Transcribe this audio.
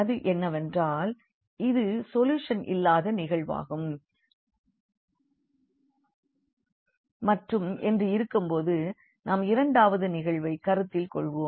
அது என்னவென்றால் இது சொல்யூஷன் இல்லாத நிகழ்வாகும் மற்றும் β 1 என்று இருக்கும் போது நாம் இரண்டாவது நிகழ்வை கருத்தில் கொள்வோம்